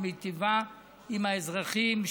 היא מיטיבה עם האזרחים,